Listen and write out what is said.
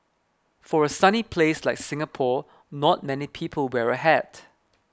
for a sunny place like Singapore not many people wear a hat